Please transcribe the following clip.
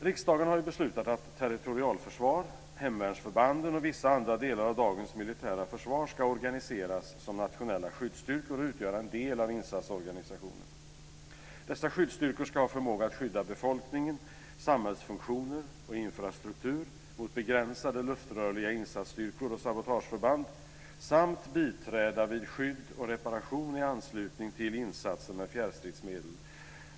Riksdagen har beslutat att territorialförsvar, hemvärnsförbanden och vissa andra delar av dagens militära försvar ska organiseras som nationella skyddsstyrkor och utgöra en del av insatsorganisationen. Dessa skyddsstyrkor ska ha förmåga att skydda befolkning, samhällsfunktioner och infrastruktur mot begränsade luftrörliga insatsstyrkor och sabotageförband samt biträda vid skydd och ha reparation i anslutning till insatser med fjärrstridsmedel.